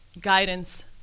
guidance